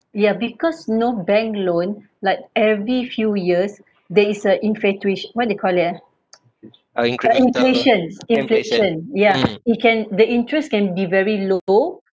ya because you know bank loan like every few years there is a inflatua~ what they call it ah ah inflations inflation yeah it can the interest can be very low